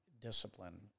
discipline